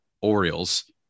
Orioles